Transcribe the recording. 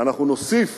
ואנחנו נוסיף